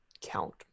count